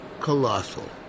colossal